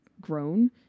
grown